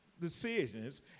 decisions